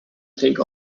take